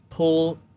Pull